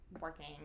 working